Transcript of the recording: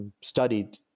Studied